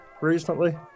recently